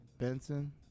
Benson